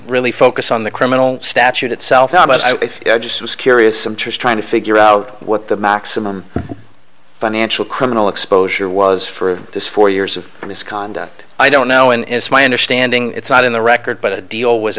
really focus on the criminal statute itself i just was curious i'm just trying to figure out what the maximum financial criminal exposure was for this four years of misconduct i don't know and it's my understanding it's not in the record but a deal was